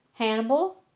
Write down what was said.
Hannibal